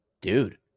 dude